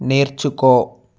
నేర్చుకో